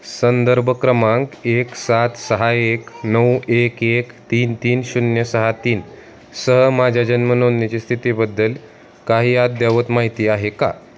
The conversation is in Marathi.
संदर्भ क्रमांक एक सात सहा एक नऊ एक एक तीन तीन शून्य सहा तीन सह माझ्या जन्म नोंदणीची स्थितीबद्दल काही अद्ययावत माहिती आहे का